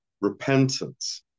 repentance